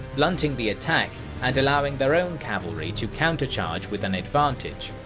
blunting the attack and allowing their own cavalry to counter charge with an advantage.